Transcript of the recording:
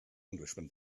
englishman